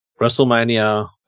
WrestleMania